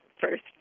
first